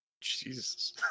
Jesus